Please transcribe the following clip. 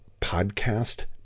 podcast